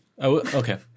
Okay